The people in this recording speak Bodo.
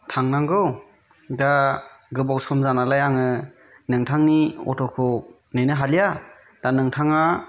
थांनांगौ दा गोबाव सम जानायलाय आङो नोंथांनि अट'खौ नेनो हालिया दा नोंथाङा